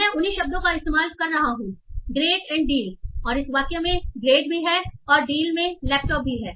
मैं उन्हीं शब्दों का इस्तेमाल कर रहा हूं ग्रेट एंड डील और इस वाक्य में ग्रेट भी है और डील में लैपटॉप भी है